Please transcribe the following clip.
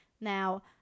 Now